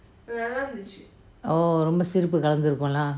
oh ரொம்பே சிறப்பு கலந்தேர்க்கும்மா:rombe sirappu kalanterekkumma lah